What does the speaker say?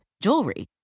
jewelry